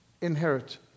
inherit